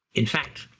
in fact,